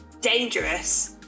dangerous